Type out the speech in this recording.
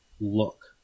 look